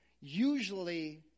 usually